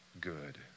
good